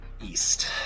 East